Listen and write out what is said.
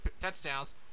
touchdowns